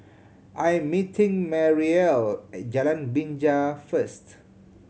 I'm meeting Mariel at Jalan Binja first